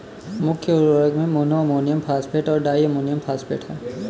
मुख्य उर्वरक में मोनो अमोनियम फॉस्फेट और डाई अमोनियम फॉस्फेट हैं